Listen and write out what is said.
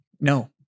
No